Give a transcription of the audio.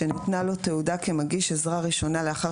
שניתנה לו תעודה כמגיש עזרה ראשונה לאחר